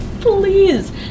Please